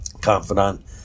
confidant